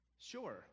sure